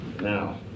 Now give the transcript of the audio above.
Now